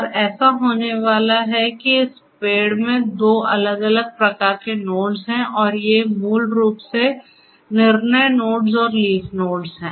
और ऐसा होने वाला है की इस पेड़ में दो अलग अलग प्रकार के नोड्स हैं और ये मूल रूप से निर्णय नोड्स और लीफ नोड्स हैं